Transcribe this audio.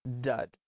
dud